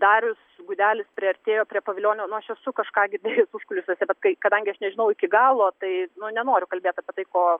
darius gudelis priartėjo prie pavilionio nu aš esu kažką girdėjus užkulisiuose bet kai kadangi nežinau iki galo tai nu nenoriu kalbėt apie tai ko